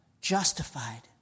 justified